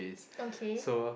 okay